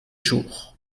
jours